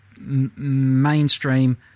mainstream